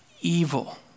evil